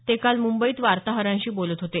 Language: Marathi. ते काल मुंबईत वार्ताहरांशी बोलत होते